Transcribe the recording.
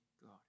God